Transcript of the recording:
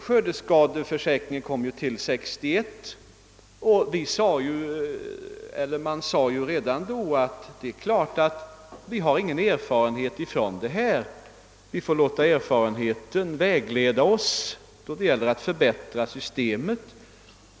Skördeskadeförsäkringen kom ju till 1961, och man sade redan då att det inte fanns någon erfarenhet härvidlag — vi får låta erfarenheten vägleda oss då det gäller att förbättra systemet.